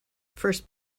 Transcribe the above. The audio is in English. first